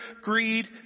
greed